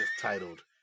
titled